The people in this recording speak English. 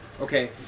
okay